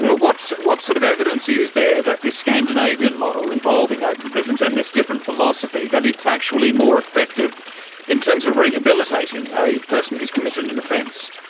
but what what sort of evidence is there that this scandinavian model involving open prisons and this different philosophy, that it's actually more effective in terms of rehabilitating a person who has committed an and offence?